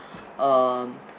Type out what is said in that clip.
um